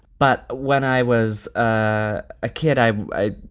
but when i was a ah kid, i, i,